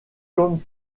comme